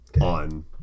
on